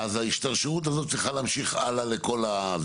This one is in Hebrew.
אז ההשתרשרות הזאת צריכה להמשיך האלה להכל.